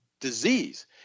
Disease